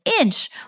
inch